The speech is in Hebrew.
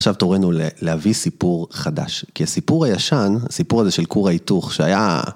עכשיו תורנו להביא סיפור חדש, כי הסיפור הישן, הסיפור הזה של כור ההיתוך שהיה...